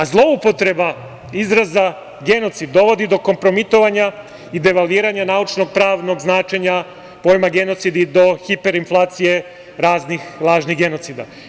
Zloupotreba izraza genocid dovodi do kompromitovanja i devalviranja naučno-pravnog značenja pojma genocid i do hiperinflacije raznih lažnih genocida.